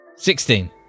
Sixteen